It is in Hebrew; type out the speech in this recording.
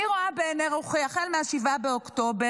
אני רואה בעיני רוחי החל מ-7 באוקטובר